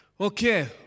Okay